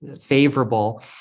favorable